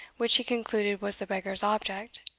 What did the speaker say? which he concluded was the beggar's object,